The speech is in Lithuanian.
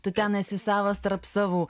tu ten esi savas tarp savų